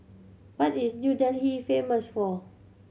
what is New Delhi famous for